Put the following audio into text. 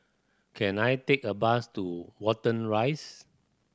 can I take a bus to Watten Rise